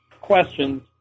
questions